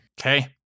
Okay